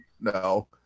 no